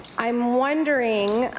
i'm wondering